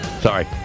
Sorry